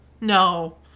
No